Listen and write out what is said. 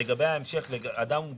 לגבי אדם עם מוגבלויות,